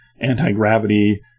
anti-gravity